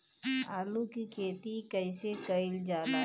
आलू की खेती कइसे कइल जाला?